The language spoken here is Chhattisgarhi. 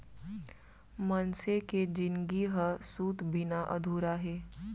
मनसे के जिनगी ह सूत बिना अधूरा हे